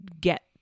get